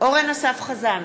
אורן אסף חזן,